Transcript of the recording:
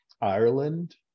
ireland